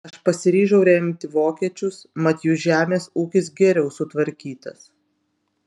aš pasiryžau remti vokiečius mat jų žemės ūkis geriau sutvarkytas